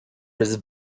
was